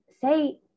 say